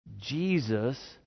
Jesus